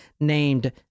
named